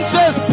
says